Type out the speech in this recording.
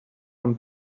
from